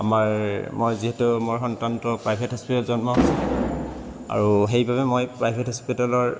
আমাৰ মই যিহেতু মোৰ সন্তানটো প্ৰাইভেট হস্পিতেলত জন্ম আৰু সেইবাবে মই প্ৰাইভেট হস্পিতেলৰ